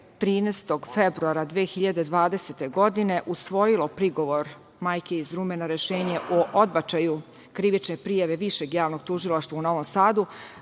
13. februara 2020. godine, usvojilo prigovor majke iz Rume na rešenje od odbačaju krivične prijave Višeg javnog tužilaštva u Novom Sadu